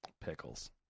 pickles